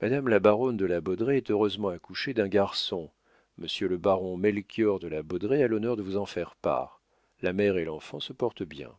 madame la baronne de la baudraye est heureusement accouchée d'un garçon monsieur le baron melchior de la baudraye a l'honneur de vous en faire part la mère et l'enfant se portent bien